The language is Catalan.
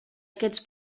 aquests